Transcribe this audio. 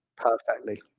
perfectly.